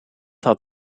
had